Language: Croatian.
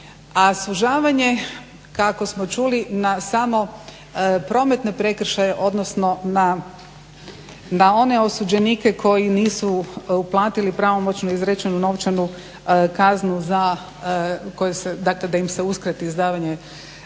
a sužavanje kako smo čuli na samo prometne prekršaje odnosno na one osuđenike koji nisu uplatili pravomoćnu izrečenu novčanu kaznu, dakle da im se uskrati izdavanje